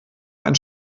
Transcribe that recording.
einen